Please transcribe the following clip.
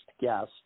guest